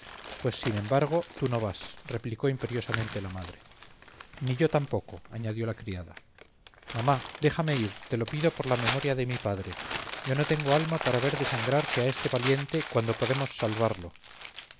pues sin embargo tú no vas replicó imperiosamente la madre ni yo tampoco añadió la criada mamá déjame ir te lo pido por la memoria de mi padre yo no tengo alma para ver desangrarse a este valiente cuando podemos salvarlo